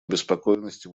обеспокоенности